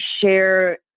share